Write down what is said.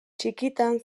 txikitan